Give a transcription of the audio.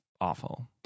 awful